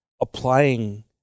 applying